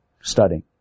studying